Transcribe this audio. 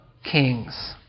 kings